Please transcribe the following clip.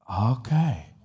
Okay